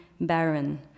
barren